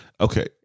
Okay